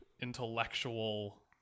intellectual